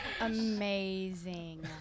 Amazing